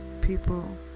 people